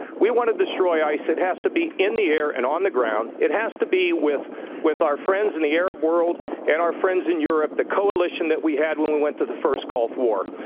we want to destroy isis, it has to be in the air and on the ground. it has to be with with our friends in the arab world and our friends in europe, the coalition that we had when we went to the first gulf war.